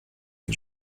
jej